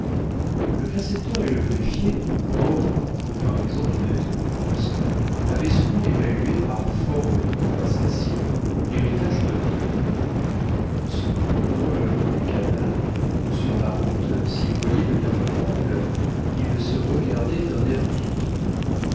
le percepteur et le greffier pauvres en comparaison du maître de poste avaient souvent évalué par forme de conversation l'héritage du docteur en se promenant le long du canal ou sur la route s'ils voyaient venir leur oncle ils se regardaient d'un air piteux